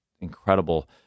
incredible